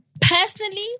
personally